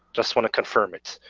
just want to confirm it.